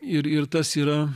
ir ir tas yra